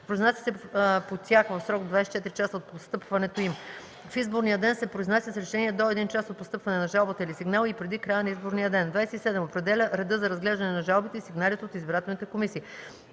произнася се по тях в срок до 24 часа от постъпването им; в изборния ден се произнася с решение до един час от постъпване на жалбата или сигнала и преди края на изборния ден; 27. определя реда за разглеждане на жалбите и сигналите от избирателните комисии;